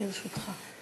לרשותך.